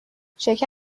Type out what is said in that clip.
شکر